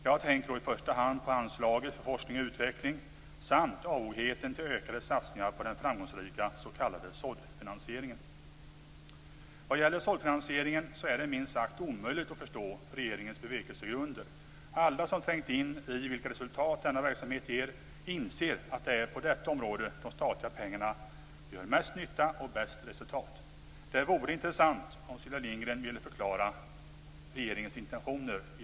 Jag tänker då i första hand på anslaget för forskning och utveckling samt avogheten till ökade satsningar på den framgångsrika s.k. såddfinansieringen. Vad gäller såddfinansieringen är det minst sagt omöjligt att förstå regeringens bevekelsegrunder. Alla som trängt in i vilka resultat denna verksamhet ger inser att det är på detta område de statliga pengarna gör mest nytta och ger bäst resultat. Det vore intressant om Sylvia Lindgren ville förklara regeringens intentioner.